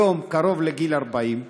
היום קרוב לגיל 40,